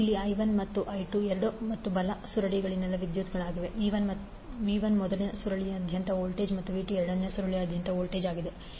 ಇಲ್ಲಿi1 ಮತ್ತು i2ಎಡ ಮತ್ತು ಬಲ ಸುರುಳಿಗಳಲ್ಲಿನ ವಿದ್ಯುತ್ಗಳಾಗಿವೆ v1 ಮೊದಲ ಸುರುಳಿಯಾದ್ಯಂತ ವೋಲ್ಟೇಜ್ ಮತ್ತು v2 ಎರಡನೇ ಸುರುಳಿಯಾದ್ಯಂತ ವೋಲ್ಟೇಜ್ ಆಗಿದೆ